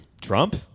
Trump